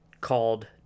called